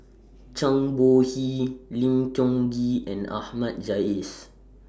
Zhang Bohe Lim Tiong Ghee and Ahmad Jais